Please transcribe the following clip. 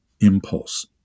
impulse